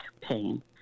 pain